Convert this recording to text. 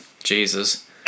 Jesus